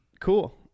Cool